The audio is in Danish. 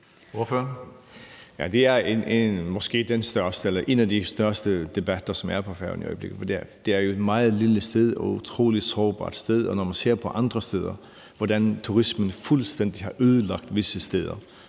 Skaale (JF): Det er måske en af de største debatter, som er på Færøerne i øjeblikket. Det er jo et meget lille sted og et utrolig sårbart sted, og når man ser, hvordan turismen fuldstændig har ødelagt visse steder,